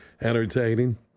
entertaining